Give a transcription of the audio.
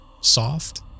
soft